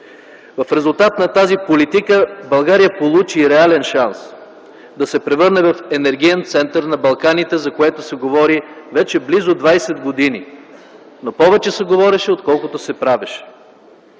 В резултат на тази политика България получи реален шанс да се превърне в енергиен център на Балканите, за което се говори вече близо 20 години. Но повече се говореше, отколкото се правеше.